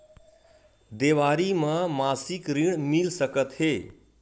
देवारी म मासिक ऋण मिल सकत हे?